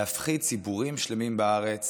להפחיד ציבורים שלמים בארץ